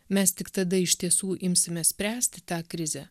mes tik tada iš tiesų imsime spręsti tą krizę